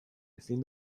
ezin